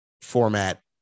format